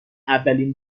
اولین